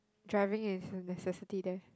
driving is a necessity there